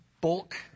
bulk